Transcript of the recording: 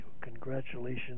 Congratulations